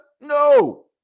no